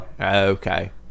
Okay